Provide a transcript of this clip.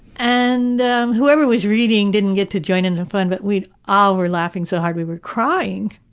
and whoever was reading didn't get to join in the fun but we all were laughing so hard we were crying!